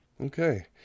Okay